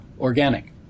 organic